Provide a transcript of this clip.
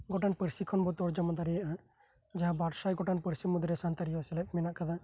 ᱛᱚᱨᱡᱚᱢᱟ ᱫᱟᱲᱮᱭᱟᱜᱼᱟ ᱡᱟᱦᱟᱸ ᱵᱟᱨ ᱥᱟᱭ ᱜᱚᱴᱟᱝ ᱯᱟᱹᱨᱥᱤ ᱢᱩᱫ ᱨᱮ ᱥᱮᱞᱮᱫ ᱢᱮᱱᱟᱜ ᱠᱟᱫᱟ